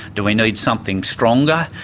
do we need something stronger?